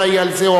אחראי לזה,